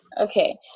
okay